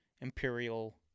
Imperial